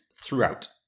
throughout